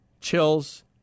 chills